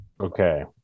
Okay